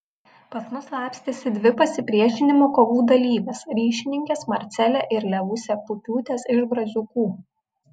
pas mus slapstėsi dvi pasipriešinimo kovų dalyvės ryšininkės marcelė ir levusė pupiūtės iš braziūkų